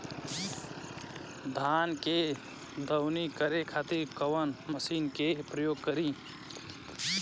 धान के दवनी करे खातिर कवन मशीन के प्रयोग करी?